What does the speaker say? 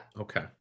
Okay